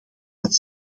dat